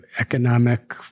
economic